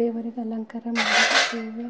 ದೇವರಿಗೆ ಅಲಂಕಾರ ಮಾಡಿ ನಾವು